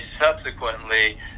subsequently